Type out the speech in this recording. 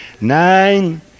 Nine